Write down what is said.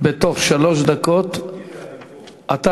בתוך שלוש דקות, הנה, אני פה.